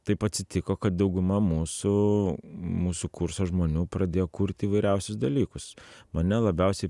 taip atsitiko kad dauguma mūsų mūsų kurso žmonių pradėjo kurti įvairiausius dalykus mane labiausiai